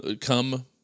come